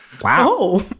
Wow